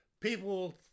People